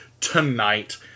tonight